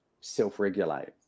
self-regulate